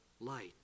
light